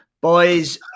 Boys